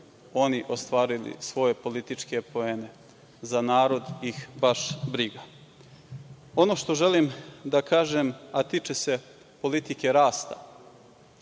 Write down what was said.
oni ostvarili svoje političke poene, za narod ih baš briga. Ono što želim da kažem, a tiče se politike rasta,